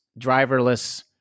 driverless